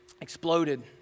exploded